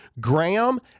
graham